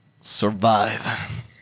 Survive